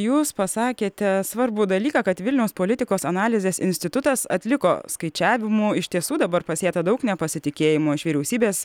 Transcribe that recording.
jūs pasakėte svarbų dalyką kad vilniaus politikos analizės institutas atliko skaičiavimų iš tiesų dabar pasėta daug nepasitikėjimo iš vyriausybės